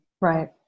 Right